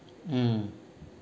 mm